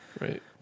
Right